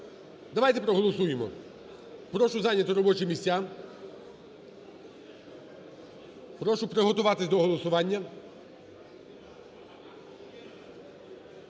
давайте проголосуємо, прошу зайняти робочі місця, прошу приготуватися до голосування.